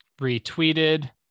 retweeted